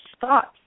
thoughts